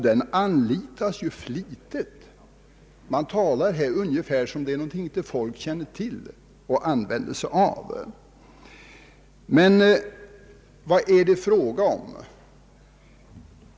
Den anlitas för övrigt flitigt. Här talar man ungefär som om den vore någonting som inte folk känner till och använder sig av. Vad är det nu fråga om?